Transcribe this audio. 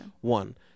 One